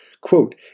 Quote